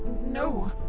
no.